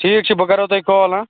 ٹھیٖک چھِ بہٕ کَرہو تۄہہِ کال